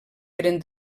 eren